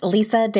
Lisa